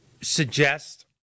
suggest